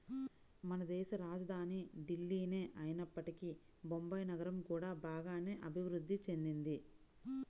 మనదేశ రాజధాని ఢిల్లీనే అయినప్పటికీ బొంబాయి నగరం కూడా బాగానే అభిరుద్ధి చెందింది